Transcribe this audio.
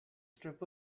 strip